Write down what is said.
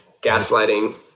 gaslighting